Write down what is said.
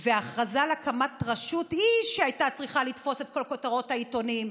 וההכרזה על הקמת הרשות היא שהייתה צריכה לתפוס את כל כותרות העיתונים,